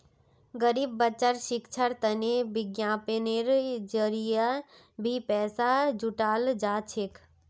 गरीब बच्चार शिक्षार तने विज्ञापनेर जरिये भी पैसा जुटाल जा छेक